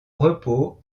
repos